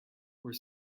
were